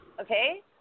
okay